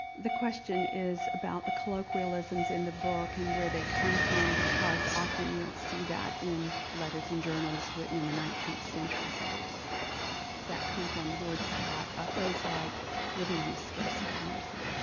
the question is about the colloquialisms in the book and where they come from because often you don't see that in letters and journals written in the nineteenth century, so where does that come from? words like a phrase like living on the scarce side of mercy.